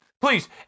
please